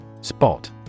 Spot